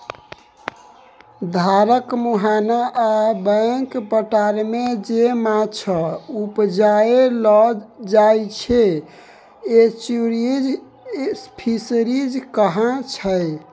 धारक मुहाना आ बैक बाटरमे जे माछ उपजाएल जाइ छै एस्च्युरीज फिशरीज कहाइ छै